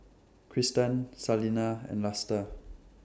Kristen Salena and Luster